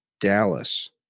Dallas